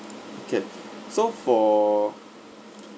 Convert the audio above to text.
okay so for